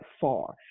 far